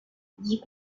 dit